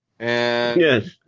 Yes